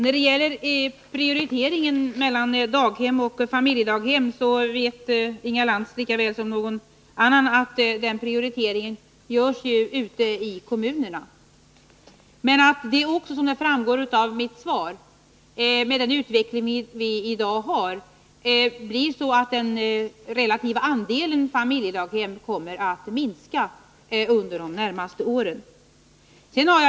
Herr talman! Inga Lantz vet lika väl som någon annan att prioriteringen mellan daghem och familjedaghem görs ute i kommunerna. Med den utveckling som vi i dag har kommer, som också framgår av mitt svar, den relativa andelen familjedaghem att minska under de närmaste åren.